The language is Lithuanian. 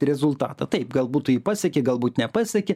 rezultatą taip galbūt tu jį paseki galbūt nepaseki